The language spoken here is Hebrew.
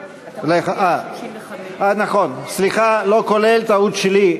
אה, נכון, סליחה, לא כולל, טעות שלי.